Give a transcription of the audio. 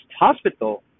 hospital